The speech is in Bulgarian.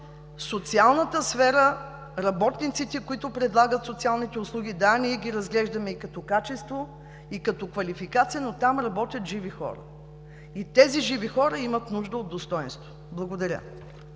социалната сфера работниците, които предлагат социалните услуги, да – ние ги разглеждаме и като качество, и като квалификация, но там работят живи хора. И тези живи хора имат нужда от достойнство. Благодаря.